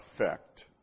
effect